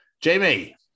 Jamie